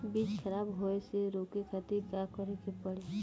बीज खराब होए से रोके खातिर का करे के पड़ी?